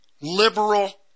liberal